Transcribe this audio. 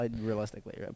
Realistically